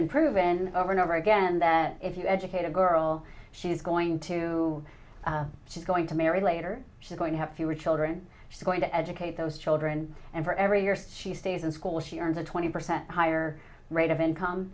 been proven over and over again that if you educate a girl she's going to she's going to marry later she's going to have fewer children she's going to educate those children and for every year she stays in school she earns a twenty percent higher rate of income